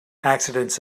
accidents